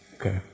Okay